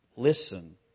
Listen